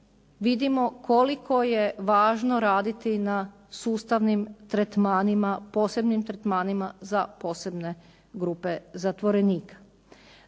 vidimo koliko je važno raditi na sustavnim tretmanima, posebnim tretmanima za posebne grupe zatvorenika.